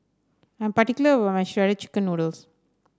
I'm particular about my Shredded Chicken Noodles